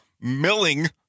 Milling